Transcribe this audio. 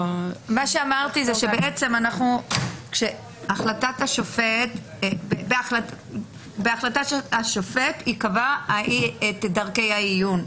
אמרתי שהחלטת השופט בהחלטתו ייקבעו דרכי העיון.